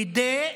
כדי,